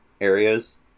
areas